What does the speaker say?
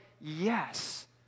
yes